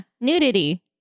nudity